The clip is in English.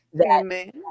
Amen